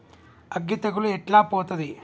అగ్గి తెగులు ఎట్లా పోతది?